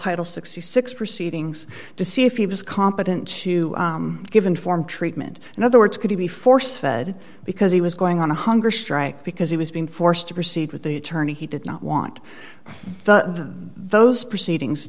title sixty six proceedings to see if he was competent to give informed treatment in other words could he be force fed because he was going on a hunger strike because he was being forced to proceed with the attorney he did not want the those proceedings